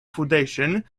foundation